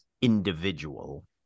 individual